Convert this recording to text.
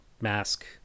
mask